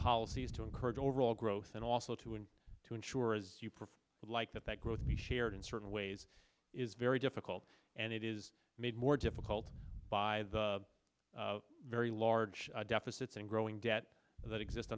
policy is to encourage overall growth and also to and to ensure as you propose like that that growth be shared in certain ways is very difficult and it is made more difficult by the very large deficits and growing debt that exist